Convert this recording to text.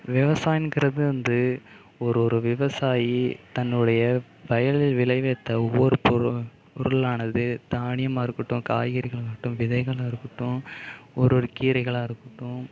விவாசாயங்கிறது வந்து ஒரு ஒரு விவசாயி தன்னுடைய வயலில் விளைவித்த ஒவ்வொரு பொருள் பொருளானது தானியமாக இருக்கட்டும் காய்கறிகளாக இருக்கட்டும் விதைகளாக இருக்கட்டும் ஒரு ஒரு கீரைகளாக இருக்கட்டும்